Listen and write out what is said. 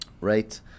right